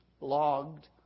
logged